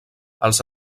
els